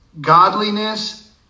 godliness